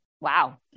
Wow